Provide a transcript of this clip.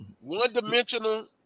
One-dimensional